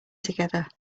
together